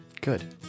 Good